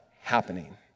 happening